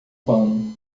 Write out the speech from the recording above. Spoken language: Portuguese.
pano